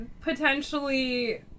potentially